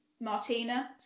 Martina